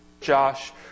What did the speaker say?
Josh